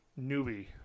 newbie